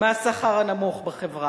מהשכר הנמוך בחברה.